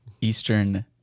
eastern